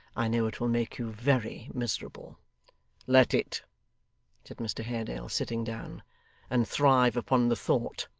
i know it will make you very miserable let it said mr haredale, sitting down and thrive upon the thought.